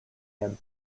him